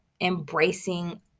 embracing